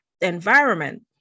environment